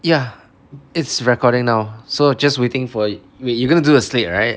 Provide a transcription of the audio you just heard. ya it's recording now so just waiting for it wait you're going to do the slate right